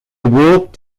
walked